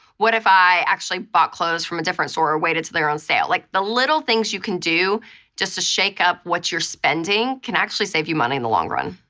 what if i actually bought clothes from a different store or waited till they were on sale? like the little things you can do just to shake up what you're spending can actually save you money in the long run.